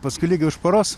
paskui lygiai už paros